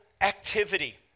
activity